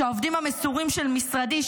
שהעובדים המסורים של משרדי,